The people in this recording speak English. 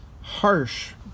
harsh